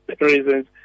reasons